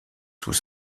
sous